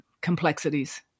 complexities